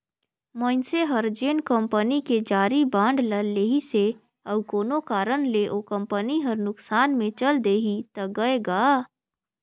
मइनसे हर जेन कंपनी के जारी बांड ल लेहिसे अउ कोनो कारन ले ओ कंपनी हर नुकसान मे चल देहि त गय गा